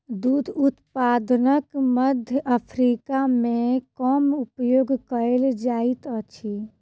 दूध उत्पादनक मध्य अफ्रीका मे कम उपयोग कयल जाइत अछि